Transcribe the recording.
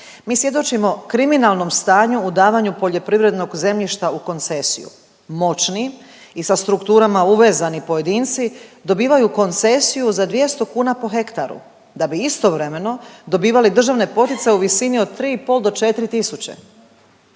mi svjedočimo kriminalnom stanju u davanju poljoprivrednog zemljišta u koncesiju. Moćni i sa strukturama uvezani pojedinci dobivaju koncesiju za 200 kuna po hektaru da bi istovremeno dobivali državne poticaje u visini od 3,5 do 4 tisuće.